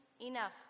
Enough